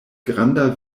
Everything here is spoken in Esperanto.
granda